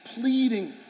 pleading